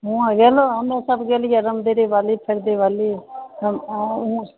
ओहाँ गेलहुॅं हमे सभ गेलियैर रम दिवाली फेर दिवाली हम